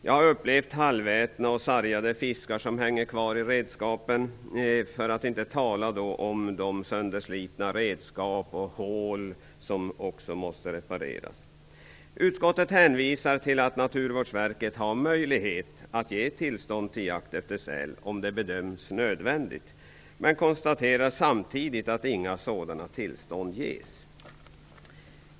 Jag har upplevt halvätna och sargade fiskar som hänger kvar i redskapen, för att inte tala om sönderslitna redskap och hål som måste repareras. Utskottet hänvisar till att Naturvårdsverket har möjlighet att ge tillstånd till jakt på säl, om det bedöms som nödvändigt, men konstaterar samtidigt att inga sådana tillstånd ges.